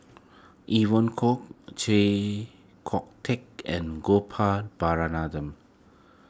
Evon Kow Chee Kong Tet and Gopal